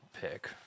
pick